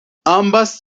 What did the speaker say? ambas